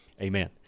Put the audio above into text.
amen